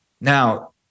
Now